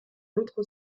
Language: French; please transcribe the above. l’autre